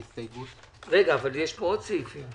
הצבעה בעד סעיף 1 פה אחד סעיף 1 אושר.